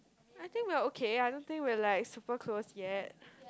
I think we are okay I don't think we are like super close yet